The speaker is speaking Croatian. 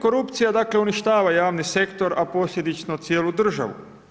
Korupcija dakle uništava javni sektor a posljedično cijelu državu.